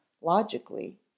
logically